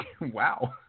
Wow